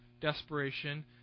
desperation